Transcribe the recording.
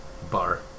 Bar